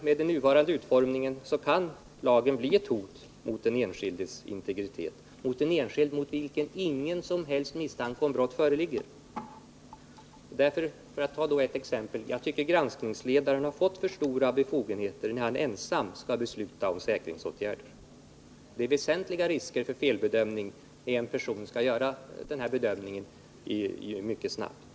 Med den nuvarande utformningen kan lagen bli ett hot mot den enskildes integritet, en enskild mot vilken ingen som helst misstanke om brott föreligger. Låt mig ta ett exempel: Jag tycker att granskningsledaren har fått för stora befogenheter när han ensam skall besluta om säkringsåtgärder. Det är väsentliga risker för felbedömning, när en person skall göra den här bedömningen mycket snabbt.